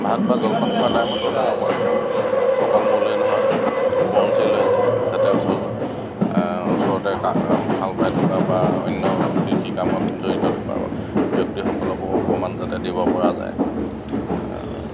ভাত বা জলপান খোৱাৰ টাইমটো তেনেকুৱা অকল মোলৈয়ে নহয় ওপৰঞ্চি লৈ যায় যাতে ওচৰ ওচৰতে কাম হাল বাই থকা বা অন্য কৃষি কামত জড়িত থকা ব্যক্তিসকলকো অকণমান যাতে দিব পৰা যায়